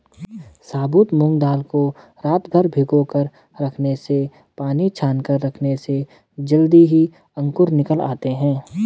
साबुत मूंग दाल को रातभर भिगोकर रखने से पानी छानकर रखने से जल्दी ही अंकुर निकल आते है